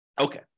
Okay